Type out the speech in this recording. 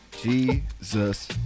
Jesus